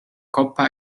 coppa